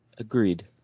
Agreed